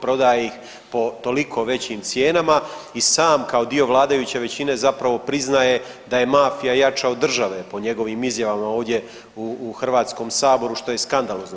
Prodaje ih po toliko većim cijenama i sam kao dio vladajuće većine zapravo priznaje da je mafija jača od države po njegovim izjavama ovdje u Hrvatskom saboru što je skandalozno.